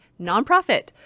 nonprofit